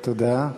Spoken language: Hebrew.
תודה.